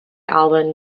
album